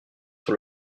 sur